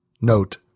Note